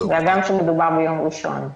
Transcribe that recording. והגם שמדובר ביום ראשון,